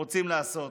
רוצים לעשות.